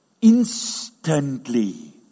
instantly